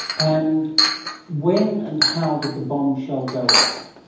and when and how did the bombshell go off?